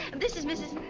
this is mrs.